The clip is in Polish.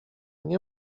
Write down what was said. nie